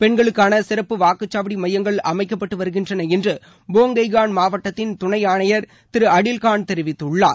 பெண்களுக்கான சிறப்பு வாக்குச்சாவடி மையங்கள் அமைக்கப்பட்டு வருகின்றன என்று போங்கெய்கான் மாவட்டத்தின் துணை ஆணையர் திரு அடில் கான் தெரிவித்துள்ளார்